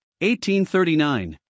1839